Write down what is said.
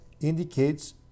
indicates